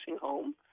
home